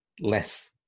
less